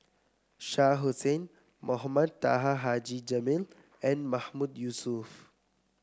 Shah Hussain Mohamed Taha Haji Jamil and Mahmood Yusof